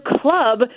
club